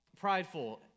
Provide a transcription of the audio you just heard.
prideful